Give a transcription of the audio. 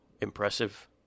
Impressive